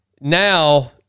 Now